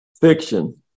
fiction